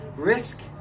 Risk